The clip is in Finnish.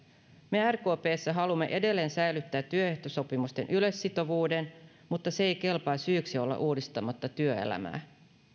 me rkpssä haluamme edelleen säilyttää työehtosopimusten yleissitovuuden mutta se ei kelpaa syyksi olla uudistamatta työelämää